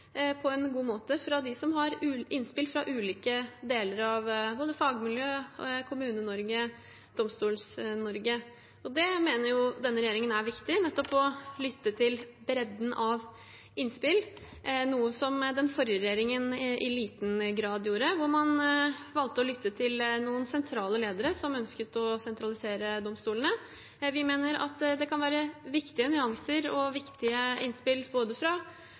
på en god måte, med innspill fra ulike deler av både fagmiljø, Kommune-Norge og Domstols-Norge. Denne regjeringen mener det er viktig nettopp å lytte til bredden av innspill, noe den forrige regjeringen i liten grad gjorde; man valgte å lytte til noen sentrale ledere som ønsket å sentralisere domstolene. Vi mener at det kan være viktige nyanser og viktige innspill både fra